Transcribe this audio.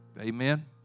Amen